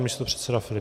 Pan místopředseda Filip.